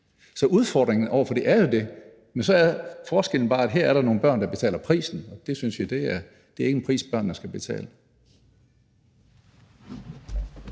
Så udfordringen er der jo, men forskellen er bare, at her er der nogle børn, der betaler prisen, og vi synes ikke, det er en pris, børnene skal betale.